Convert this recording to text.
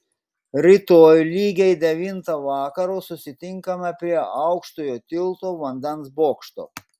rytoj lygiai devintą vakaro susitinkame prie aukštojo tilto vandens bokšto